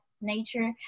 nature